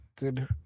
Good